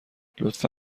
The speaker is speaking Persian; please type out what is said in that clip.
لطفا